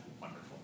wonderful